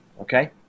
Okay